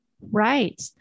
Right